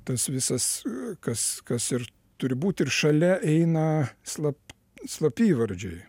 tas visas kas kas ir turi būti ir šalia eina slap slapyvardžiai